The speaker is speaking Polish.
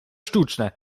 sztuczne